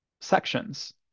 sections